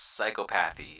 psychopathy